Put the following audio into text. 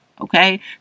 okay